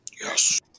Yes